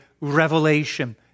revelation